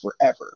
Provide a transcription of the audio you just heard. forever